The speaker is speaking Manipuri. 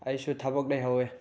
ꯑꯩꯁꯨ ꯊꯕꯛ ꯂꯩꯍꯧꯋꯦ